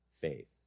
faith